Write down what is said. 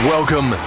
Welcome